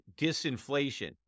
disinflation